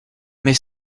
mes